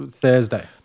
Thursday